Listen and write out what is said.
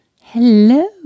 Hello